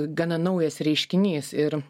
gana naujas reiškinys ir